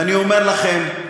ואני אומר לכם,